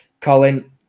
Colin